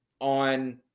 on